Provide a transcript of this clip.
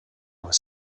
was